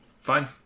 Fine